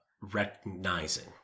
recognizing